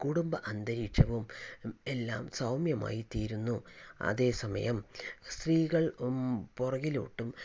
കുടുംബ അന്തരീക്ഷവും എല്ലാം സൗമ്യമായി തീരുന്നു അതേസമയം സ്ത്രീകൾ പുറകിലോട്ടും